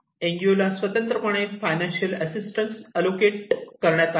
NGO ला स्वतंत्रपणे financial assistance allocate करण्यात आले